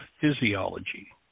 physiology